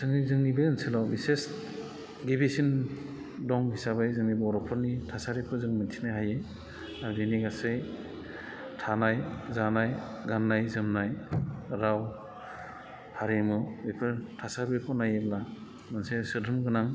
दिनै जोंनि बे ओनसोलाव बिसेस गिबिसिन दं हिसाबै जोंनि बर'फोरनि थासारिफोर जों मिनथिनो हायो आरो बिनि गासै थानाय जानाय गाननाय जोमनाय राव हारिमु बेफोर थासारिफोरखौ नायोब्ला मोनसे सोद्रोम गोनां